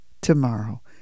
tomorrow